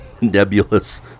nebulous